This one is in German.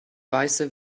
weiße